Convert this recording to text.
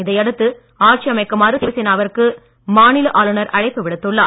இதையடுத்து ஆட்சி அமைக்குமாறு சிவசேனாவிற்கு மாநில ஆளுநர்அழைப்பு விடுத்துள்ளார்